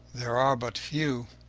there are but few.